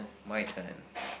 my turn